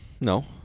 No